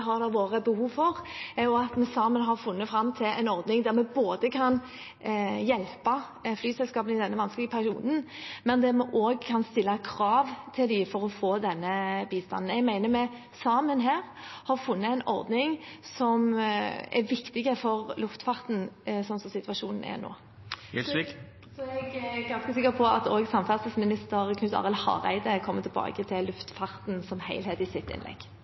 har det vært behov for, og at vi sammen har funnet fram til en ordning der vi både kan hjelpe flyselskapene i denne vanskelige perioden og også kan stille krav til dem for å få denne bistanden. Jeg mener vi sammen har funnet en ordning som er viktig for luftfarten slik situasjonen er nå. Så er jeg ganske sikker på at også samferdselsminister Knut Arild Hareide kommer tilbake til luftfarten som helhet i sitt innlegg.